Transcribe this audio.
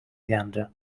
gander